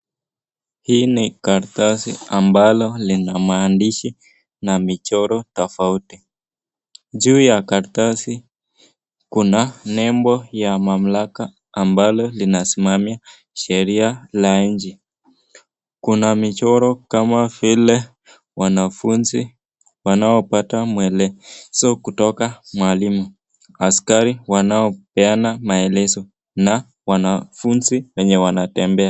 Hii ni karakasi ambalo lina maandishi na michoro tafauti, juu ya karatasi kuna nembo ya mamlaka ambalo lina simamia sheria la nchi, kuna michoro kama vile wanafunzi wanaopata muelezo kutoka mwalimu, askari wanaopeana maelezo na wanafunzi wenye wanatembea.